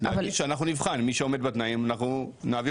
להגיש ואנחנו נבחן מי שעומד בתנאים אנחנו נעביר